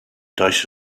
does